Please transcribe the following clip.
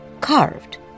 carved